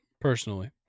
personally